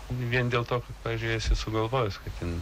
vien dėl to pavyzdžiui esi sugalvojęs kad ten